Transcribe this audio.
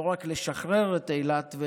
לא רק לשחרר את אילת,